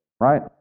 right